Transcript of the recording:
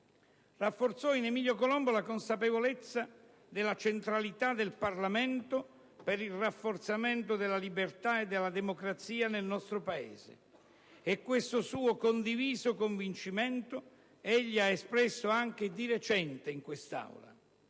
rafforzò in Emilio Colombo la consapevolezza della centralità del Parlamento per il rafforzamento della libertà e della democrazia nel nostro Paese, e questo suo condiviso convincimento egli ha espresso anche di recente in quest'Aula.